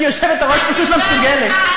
כי היושבת-ראש לא מסוגלת.